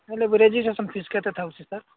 ହେଲେ registration fees କେତେ ଥାଉଛି ସାର୍